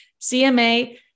CMA